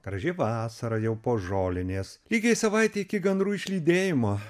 graži vasara jau po žolinės lygiai savaitė iki gandrų išlydėjimo